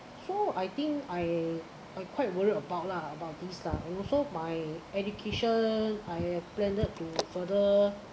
so I think I I quite worried about lah about this lah and also my education I've planned to further